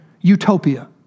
Utopia